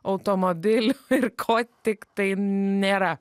automobilių ir ko tik tai nėra